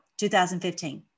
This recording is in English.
2015